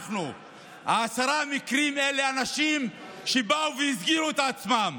בעשרת המקרים אלה אנשים שבאו והסגירו את עצמם.